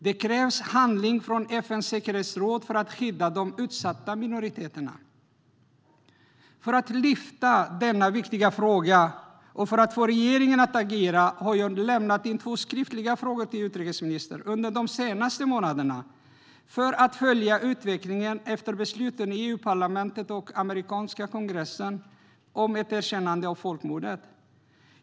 Det krävs handling från FN:s säkerhetsråd för att skydda de utsatta minoriteterna. För att lyfta denna viktiga fråga och för att få regeringen att agera har jag lämnat in två skriftliga frågor till utrikesministern under de senaste månaderna - detta för att följa utvecklingen efter besluten i EU-parlamentet och i den amerikanska kongressen om ett erkännande av folkmordet.